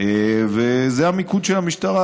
זה המיקוד של המשטרה,